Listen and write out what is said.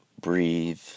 breathe